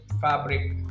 fabric